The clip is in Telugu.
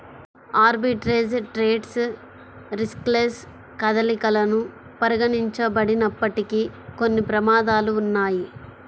ఆర్బిట్రేజ్ ట్రేడ్స్ రిస్క్లెస్ కదలికలను పరిగణించబడినప్పటికీ, కొన్ని ప్రమాదాలు ఉన్నయ్యి